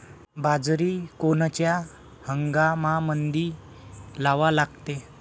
बाजरी कोनच्या हंगामामंदी लावा लागते?